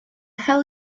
hell